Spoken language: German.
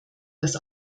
dass